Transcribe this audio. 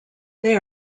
they